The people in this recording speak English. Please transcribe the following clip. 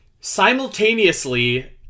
simultaneously